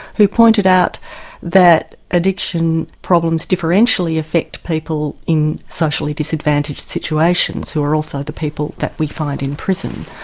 who pointed out that addiction problems differentially affect people in socially disadvantaged situations, who are also the people that we find in prison.